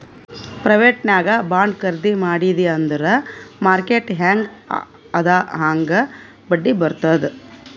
private ನಾಗ್ bond ಖರ್ದಿ ಮಾಡಿದಿ ಅಂದುರ್ ಮಾರ್ಕೆಟ್ ಹ್ಯಾಂಗ್ ಅದಾ ಹಾಂಗ್ ಬಡ್ಡಿ ಬರ್ತುದ್